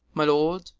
my lord?